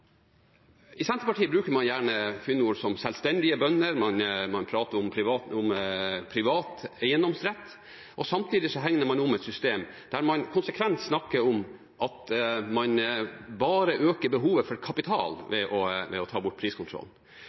I Senterpartiet bruker man gjerne fyndord som selvstendige bønder, man prater om privat eiendomsrett, og samtidig hegner man om et system der man konsekvent snakker om at man bare øker behovet for kapital ved å ta bort priskontrollen.